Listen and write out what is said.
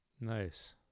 Nice